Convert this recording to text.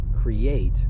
create